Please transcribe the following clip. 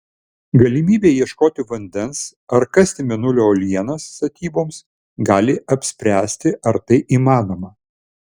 galimybė ieškoti vandens ar kasti mėnulio uolienas statyboms gali apspręsti ar tai įmanoma